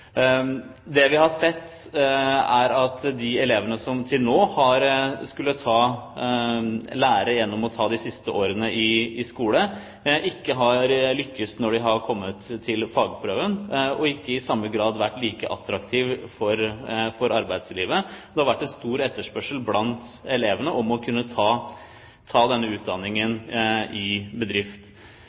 Det vi har sett, er at de elevene som til nå har skullet ta lære gjennom å ta de siste årene i skole, ikke har lyktes når de har kommet til fagprøven, og ikke i samme grad vært attraktive for arbeidslivet. Det har vært stor etterspørsel blant elevene for å kunne ta denne utdanningen i bedrift.